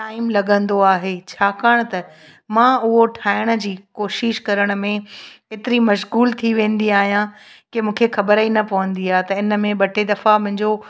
time लॻंदो आहे छाकाणि त मां उहो ठाहिण जी कोशिश करण में एतिरी मश्गूल थी वेंदी आहियां कि मूंखे ख़बर ई न पवंदी आहे त हिन में ॿ टे दफ़ा मुंहिंजो